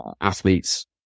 athletes